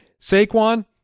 Saquon